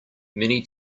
many